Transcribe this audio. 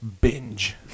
binge